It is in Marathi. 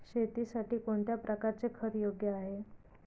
शेतीसाठी कोणत्या प्रकारचे खत योग्य आहे?